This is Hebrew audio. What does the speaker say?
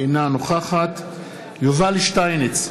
אינה נוכחת יובל שטייניץ,